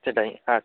সেটাই হ্যাঁ